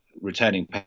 returning